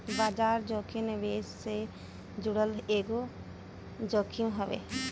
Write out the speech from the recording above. बाजार जोखिम निवेश से जुड़ल एगो जोखिम हवे